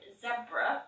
zebra